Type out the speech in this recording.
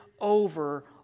over